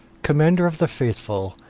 commander of the faithful,